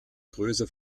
größe